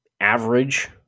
average